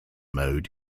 mode